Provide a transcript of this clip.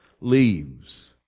leaves